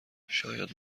شاید